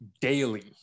daily